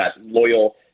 loyal